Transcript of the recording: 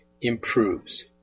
improves